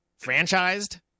franchised